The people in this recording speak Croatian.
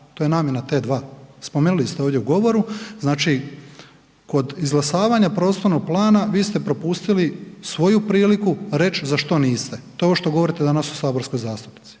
to je namjena T2, spomenuli ste ovdje u govoru. Znači, kod izglasavanja prostornog plana vi ste propustili svoju priliku reć za što niste, to je ovo što govorite danas u saborskoj zastupnici,